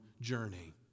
journey